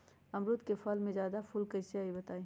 अमरुद क फल म जादा फूल कईसे आई बताई?